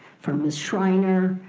from miss schriner,